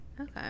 Okay